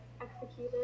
executed